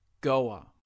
Goa